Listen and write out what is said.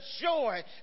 joy